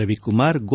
Ravikumar ಗೋ